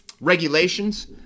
regulations